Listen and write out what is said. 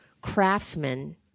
craftsmen